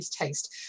taste